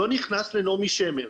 לא נכנס לנעמי שמר'